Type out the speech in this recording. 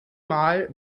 mal